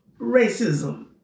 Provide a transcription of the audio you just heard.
racism